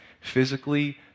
physically